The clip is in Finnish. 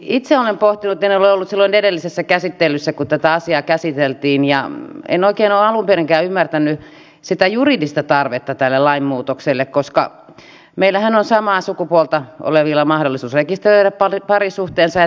itse olen pohtinut en ole ollut silloin edellisessä käsittelyssä kun tätä asiaa käsiteltiin enkä oikein ole alun perinkään ymmärtänyt sitä juridista tarvetta tälle lain muutokselle koska meillähän on samaa sukupuolta olevilla mahdollisuus rekisteröidä parisuhteensa